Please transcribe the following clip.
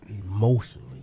emotionally